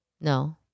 No